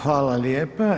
Hvala lijepo.